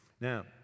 Now